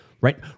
right